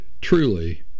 truly